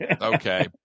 okay